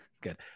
Good